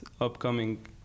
upcoming